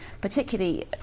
particularly